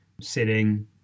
sitting